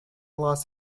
los